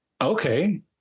okay